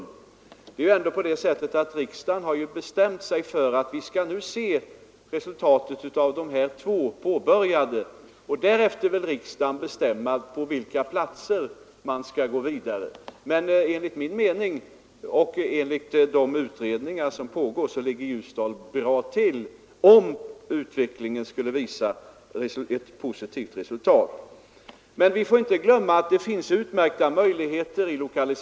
Riksdagen har ändå bestämt sig för att vi först skall se resultatet av de två påbörjade industricentra, och därefter vill riksdagen besluta om på vilka platser man skall gå vidare. Enligt min mening och enligt de utredningar som pågår ligger Ljusdal bra till, om utvecklingen skulle visa ett positivt resultat. Men vi får inte glömma att lokaliseringspolitiken ger utmärkta möjligheter.